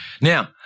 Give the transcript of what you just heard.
Now